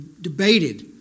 debated